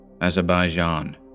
Azerbaijan